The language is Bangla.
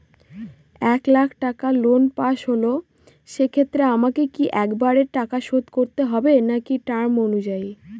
এক লাখ টাকা লোন পাশ হল সেক্ষেত্রে আমাকে কি একবারে টাকা শোধ করতে হবে নাকি টার্ম অনুযায়ী?